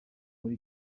muri